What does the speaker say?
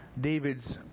David's